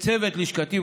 לצוות לשכתי,